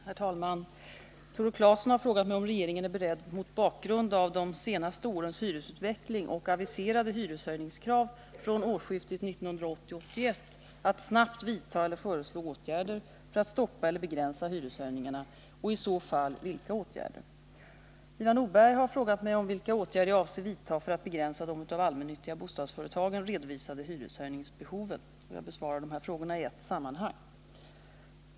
Herr talman! Tore Claeson har frågat mig om regeringen är beredd, mot bakgrund av de senaste årens hyresutveckling och aviserade hyreshöjningskrav från årsskiftet 1980-1981, att snabbt vidta eller föreslå åtgärder för att stoppa eller begränsa hyreshöjningarna, och i så fall vilka åtgärder. Ivar Nordberg har frågat mig om vilka åtgärder jag avser vidta för att begränsa de av de allmännyttiga bostadsföretagen redovisade hyreshöjningsbehoven. Jag besvarar frågorna i ett sammanhang.